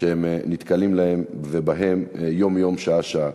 שהם נתקלים בהן יום-יום, שעה-שעה,